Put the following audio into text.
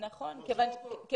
נכון, אז לא סיימתי את המשפט.